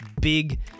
big